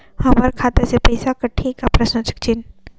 हमर खाता से पइसा कठी का?